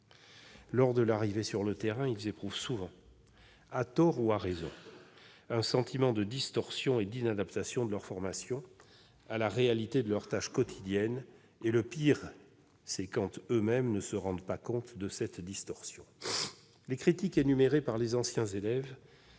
Lors de leur arrivée sur le terrain, ces derniers éprouvent souvent, à tort ou à raison, un sentiment de distorsion et d'inadaptation de leur formation à la réalité de leurs tâches quotidiennes. Le pire, c'est quand eux-mêmes ne se rendent pas compte de cette distorsion. Les critiques énumérées par les anciens élèves